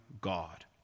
God